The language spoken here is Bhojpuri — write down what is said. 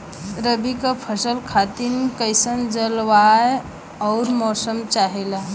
रबी क फसल खातिर कइसन जलवाय अउर मौसम चाहेला?